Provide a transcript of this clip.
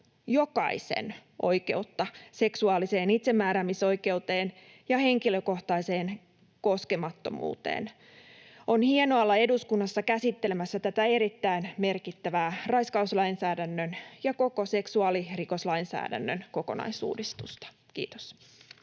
jokaisen oikeutta seksuaaliseen itsemääräämisoikeuteen ja henkilökohtaiseen koskemattomuuteen. On hienoa olla eduskunnassa käsittelemässä tätä erittäin merkittävää raiskauslainsäädännön ja koko seksuaalirikoslainsäädännön kokonaisuudistusta. — Kiitos.